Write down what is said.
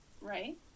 right